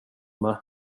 med